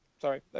Sorry